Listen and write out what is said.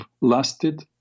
lasted